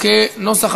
אינו נוכח.